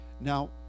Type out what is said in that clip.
Now